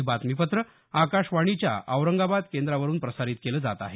हे बातमीपत्र आकाशवाणीच्या औरंगाबाद केंद्रावरून प्रसारित केलं जात आहे